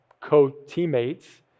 co-teammates